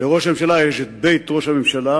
לראש הממשלה יש בית ראש הממשלה.